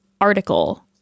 Article